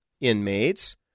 inmates